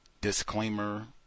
disclaimer